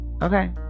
Okay